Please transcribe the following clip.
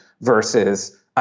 versus